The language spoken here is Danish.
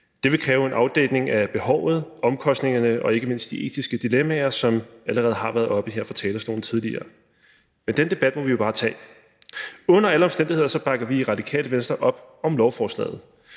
Det vil kræve en afdækning af behovet, omkostningerne og ikke mindst de etiske dilemmaer, som allerede har været oppe her fra talerstolen tidligere. Men den debat må vi jo bare tage. Under alle omstændigheder bakker vi i Radikale Venstre op om lovforslaget.